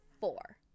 four